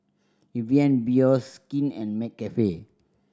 Evian Bioskin and McCafe